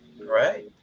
Right